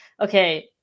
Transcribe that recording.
okay